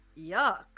yuck